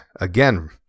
Again